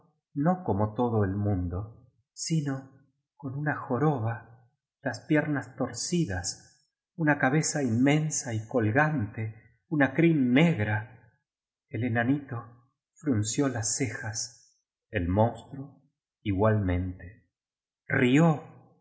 no como todo el mundo sino con una joroba las torcidas una cabeza inmensa y colgante una crin negra fíi bnatiito frunció las cejas el monstruo igualmente rió